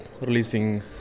releasing